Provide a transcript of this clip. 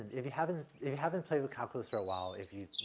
if you haven't, if you haven't played with calculus for awhile, if you